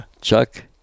Chuck